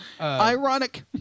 Ironic